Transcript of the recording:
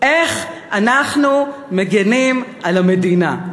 איך אנחנו מגינים על המדינה?